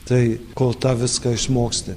tai kol tą viską išmoksti